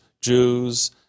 Jews